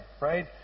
right